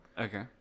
Okay